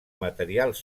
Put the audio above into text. materials